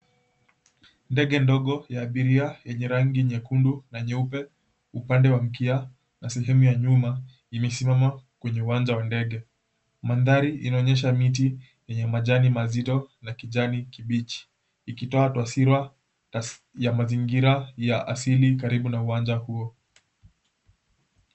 Ndege ndogo ya abiria, yenye rangi nyekundu na nyeupe, upande wa mkia na sehemu ya nyuma, imesimama kwenye uwanja wa ndege. Mandhari inaonyesha miti yenye majani mazito na kijani kibichi, ikitoa taswira ya mazingira ya asili karibu na uwanja huo.